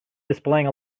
displaying